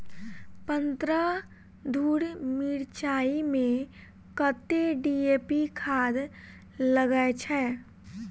पन्द्रह धूर मिर्चाई मे कत्ते डी.ए.पी खाद लगय छै?